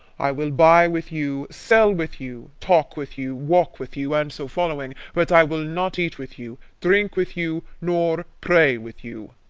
i will buy with you, sell with you, talk with you, walk with you, and so following but i will not eat with you, drink with you, nor pray with you.